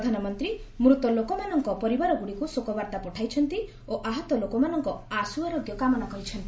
ପ୍ରଧାନମନ୍ତ୍ରୀ ମୃତ ଲୋକମାନଙ୍କ ପରିବାରଗୁଡିକୁ ଶୋକବାର୍ତ୍ତା ପଠାଇଚନ୍ତି ଓ ଆହତ ଲୋକମାନଙ୍କ ଆଶ୍ରଆରୋଗ୍ୟ କାମନା କରିଛନ୍ତି